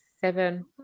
seven